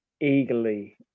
eagerly